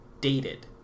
dated